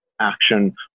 action